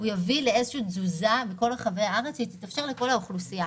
הוא יביא לאיזו שהיא תזוזה מכל רחבי הארץ שתתאפשר לכל האוכלוסייה.